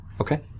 Okay